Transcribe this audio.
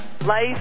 Life